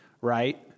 right